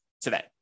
today